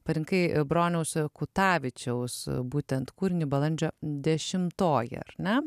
parinkai broniaus kutavičiaus būtent kūrinį balandžio dešimtoji ane